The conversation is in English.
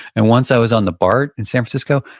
and once i was on the bart in san francisco,